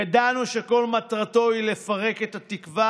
ידענו שכל מטרתו היא לפרק את התקווה